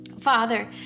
Father